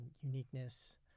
uniqueness